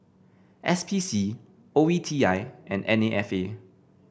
S P C O E T I and N A F A